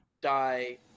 die